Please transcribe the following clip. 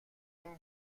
این